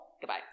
Goodbye